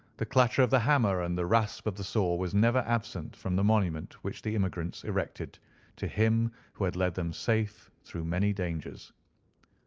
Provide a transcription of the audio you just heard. the clatter of the hammer and the rasp of the saw was never absent from the monument which the immigrants erected to him who had led them safe through many dangers.